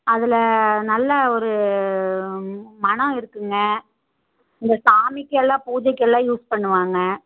அதில் நல்லா ஒரு மணம் இருக்குங்க இந்த சாமிக்கெல்லாம் பூஜைக்கெல்லாம் யூஸ் பண்ணுவாங்க